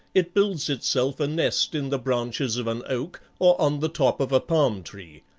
it builds itself a nest in the branches of an oak, or on the top of a palm tree.